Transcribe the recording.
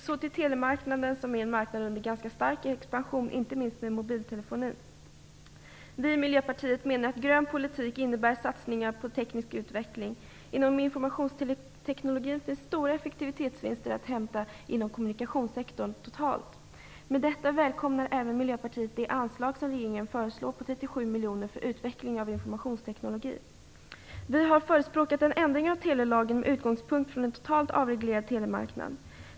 Så till telemarknaden som är en marknad under ganska kraftig expansion, inte minst när det gäller mobiltelefoner. Vi i Miljöpartiet menar att grön politik innebär satsningar på teknisk utveckling. Inom informationstekniken finns stora effektivitetsvinster att hämta inom kommunikationssektorn totalt. Med detta välkomnar även Miljöpartiet det anslag som regeringen föreslår på 37 miljoner för utveckling av informationsteknik. Vi har förespråkat en ändring av telelagen med utgångspunkt från en totalt avreglerad telemarknad.